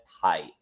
height